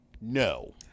No